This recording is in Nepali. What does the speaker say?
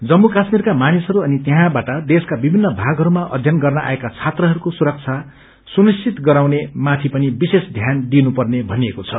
जम्मू काश्मीरका मानिसहरू अनि त्यहाँबाट देशका विभिन्न भागहरूमा अध्ययन गर्न आएका छात्रहरूको सुरक्षा सुनिश्चित गराउने माथि पनि विशेष थ्यान दिइनु पर्ने भनिएको छ